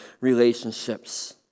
relationships